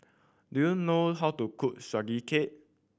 do you know how to cook Sugee Cake